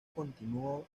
continuó